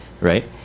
right